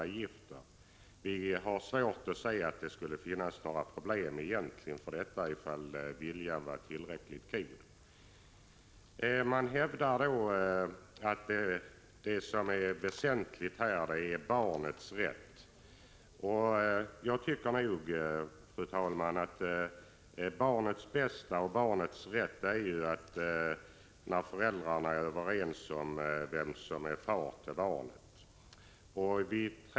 Vi har svårt att se att det skulle finnas några egentliga problem ifall viljan var tillräckligt god. Man hävdar att det väsentliga här är barnets rätt. Jag tycker nog, fru talman, att barnets bästa är att föräldrarna är överens om vem som är far till barnet.